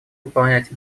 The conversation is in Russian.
выполнять